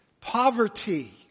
poverty